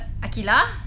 akila